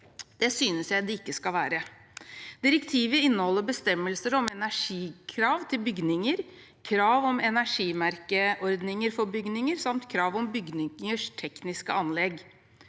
Det synes jeg ikke de skal være. Direktivet inneholder bestemmelser om energikrav til bygninger, krav om energimerkeordninger for bygninger samt krav om bygningers tekniske anlegg.